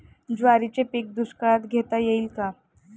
ज्वारीचे पीक दुष्काळात घेता येईल का?